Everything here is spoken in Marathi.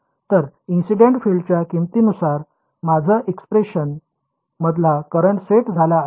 तर इन्सिडेंट फील्डच्या किंमतीनुसार माझा एक्सप्रेशन मधला करंट सेट झाला आहे